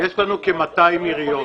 יש לנו כ-200 עיריות.